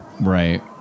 Right